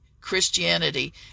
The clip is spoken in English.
Christianity